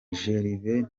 gervais